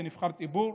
כנבחר ציבור,